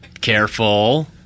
Careful